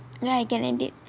ya I can edit